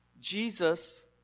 Jesus